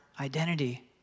identity